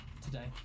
today